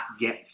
get